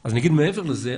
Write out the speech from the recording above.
אז אגיד מעבר לזה,